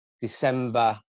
December